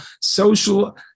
social